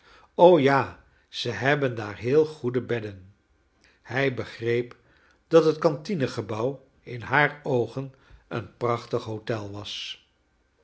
ja ze hebben daar heel goede bedden hij begreep dat net cantine gebouw in haar oogen een prachtig hdtel was